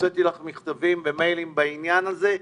הוצאתי לך מכתבים במייל בעניין הזה,